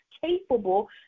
capable